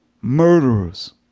murderers